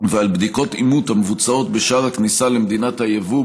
ועל בדיקות אימות שנעשות בשער הכניסה למדינת היבוא,